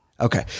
Okay